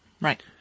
Right